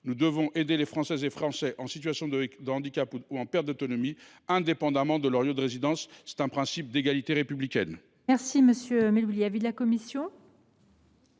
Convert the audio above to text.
Nous devons aider les Français et les Français en situation de handicap ou de perte d’autonomie, indépendamment de leur lieu de résidence. Cela relève du principe républicain